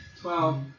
Twelve